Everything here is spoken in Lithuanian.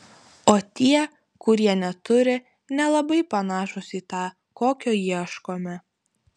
o tie kurie neturi nelabai panašūs į tą kokio ieškome